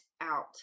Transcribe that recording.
out